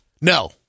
No